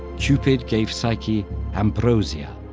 cupid gave psyche amborsia,